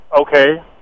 Okay